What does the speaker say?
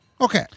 Okay